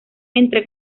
entre